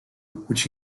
which